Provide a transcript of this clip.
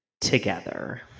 together